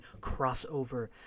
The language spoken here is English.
crossover